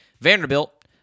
Vanderbilt